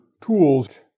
tools